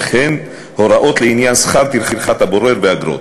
וכן הוראות לעניין שכר טרחת הבורר ואגרות.